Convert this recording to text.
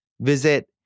Visit